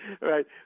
Right